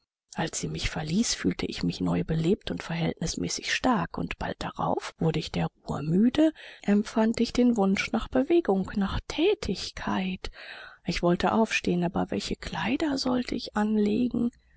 als sie mich verließ fühlte ich mich neu belebt und verhältnismäßig stark und bald darauf wurde ich der ruhe müde empfand ich den wunsch nach bewegung nach thätigkeit ich wollte aufstehen aber welche kleider sollte ich anlegen